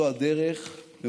זו הדרך.